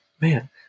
man